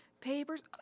papers